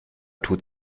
tut